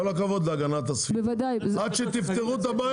עם כל הכבוד להגנת הסביבה, עד את הבעיה.